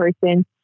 person